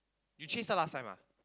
you chased her last time ah